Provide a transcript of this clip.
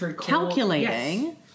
calculating